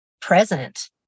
present